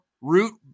root